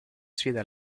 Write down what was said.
sfida